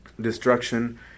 destruction